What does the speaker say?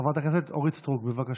חברת הכנסת אורית סטרוק, בבקשה.